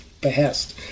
behest